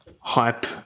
hype